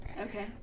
Okay